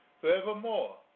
forevermore